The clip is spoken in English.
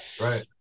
right